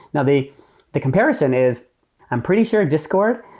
now, the the comparison is i'm pretty sure discord.